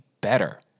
better